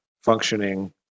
functioning